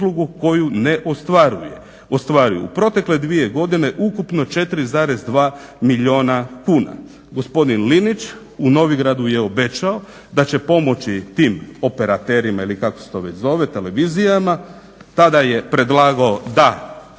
U protekle dvije godine ukupno 4,2 milijuna kuna. Gospodin Linić u Novigradu je obećao da će pomoći tim operaterima ili kako se to već zove, televizijama. Tada je predlagao da